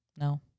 No